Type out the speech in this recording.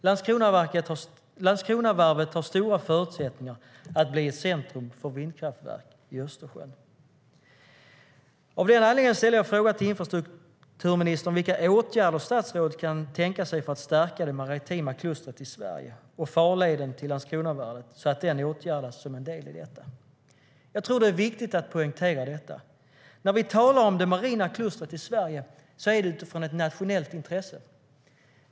Landskronavarvet har stora förutsättningar att bli ett centrum för vindkraftverk i Östersjön.Jag tror att det är viktigt att poängtera: När vi talar om det marina klustret i Sverige är det utifrån ett nationellt intresse.